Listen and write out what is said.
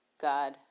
God